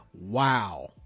wow